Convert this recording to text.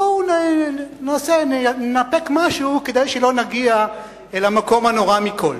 בואו ננפק משהו כדי שלא נגיע אל המקום הנורא מכול.